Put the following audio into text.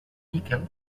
níquel